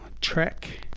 track